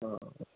ആ ആ